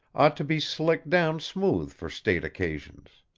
ought to be slicked down smooth for state occasions.